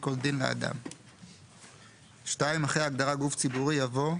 כל דין לאדם,"; אחרי ההגדרה "גוף ציבורי" יבוא: